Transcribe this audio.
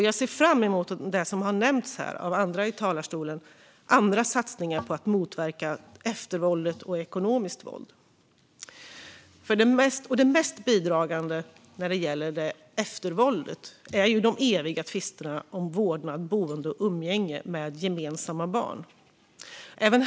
Jag ser fram emot de andra satsningar på att motverka eftervåld och ekonomiskt våld som har nämnts av andra i talarstolen. Det mest bidragande när det gäller eftervåldet är de eviga tvisterna om vårdnad, boende och umgänge med gemensamma barn.